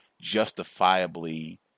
justifiably